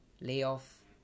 Layoff